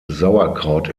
sauerkraut